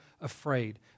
afraid